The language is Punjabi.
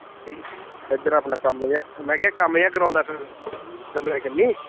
ਜੀ ਇੱਧਰ ਆਪਣਾ ਕੰਮ ਜਿਹਾ ਮੈਂ ਕਿਹਾ ਕੰਮ ਜਿਹਾ ਕਰਾਉਂਦਾ